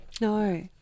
No